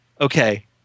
okay